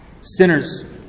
sinners